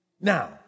Now